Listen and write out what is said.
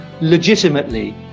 legitimately